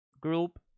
group